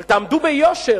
אבל תעמדו ביושר,